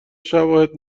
شواهد